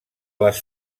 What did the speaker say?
les